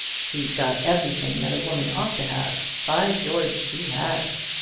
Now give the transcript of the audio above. she's got everything that a woman ought to have by george she has!